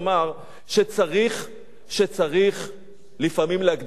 שצריך לפעמים להגדיר את המטרה,